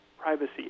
privacy